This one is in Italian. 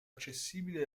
accessibile